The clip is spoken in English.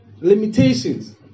Limitations